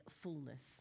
fullness